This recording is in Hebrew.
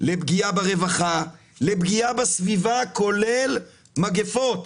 לפגיעה ברווחה, לפגיעה בסביבה, כולל מגיפות.